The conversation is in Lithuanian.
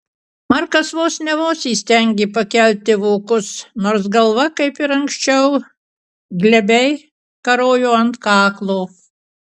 markas vos ne vos įstengė pakelti vokus nors galva kaip ir anksčiau glebiai karojo ant kaklo